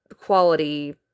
quality